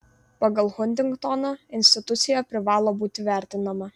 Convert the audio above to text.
pagal huntingtoną institucija privalo būti vertinama